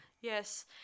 Yes